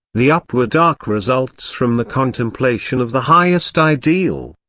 the upward arc results from the contemplation of the highest ideal.